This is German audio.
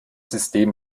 system